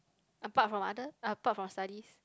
apart from other apart from studies